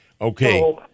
Okay